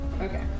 Okay